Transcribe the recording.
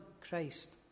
Christ